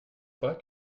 fois